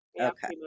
Okay